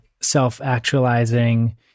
self-actualizing